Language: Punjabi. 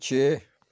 ਪਿੱਛੇ